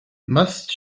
must